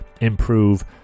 Improve